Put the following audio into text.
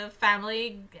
family